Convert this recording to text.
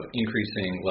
increasing